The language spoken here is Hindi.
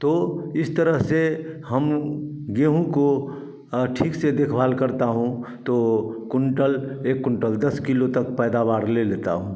तो इस तरह से हम गेहूँ को ठीक से देखभाल करता हूँ तो कुंटल एक कुंटल दस किलो तक पैदावार ले लेता हूँ